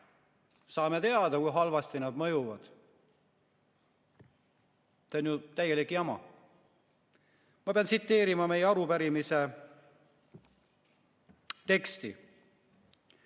Saame teada, kui halvasti see mõjub. See on ju täielik jama! Ma pean tsiteerima meie arupärimise teksti.